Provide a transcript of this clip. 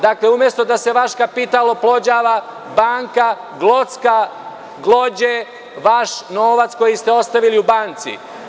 Znači, umesto da se vaš kapital oplođava, banka glocka, glođe vaš novac koji ste ostavili u banci.